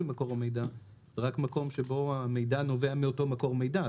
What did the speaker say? מקור המידע רק מקום שבו המידע נובע מאותו מקור מידע.